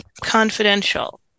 confidential